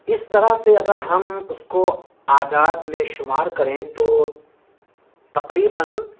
اس طرح سے اگر ہم اس کو اعداد میں شمار كریں تو تقریباً